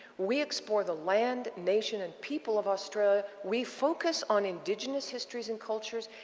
we explore the land, nation, and people of australia. we focus on indigenous histories and cultures,